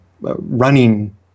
running